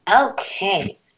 Okay